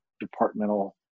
departmental